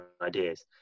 ideas